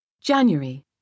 January